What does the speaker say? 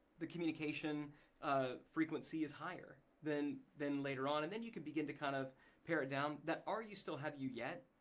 the communication ah frequency is higher. then then later on and then you can begin to kind of pare it down. that, are you still, have you yet,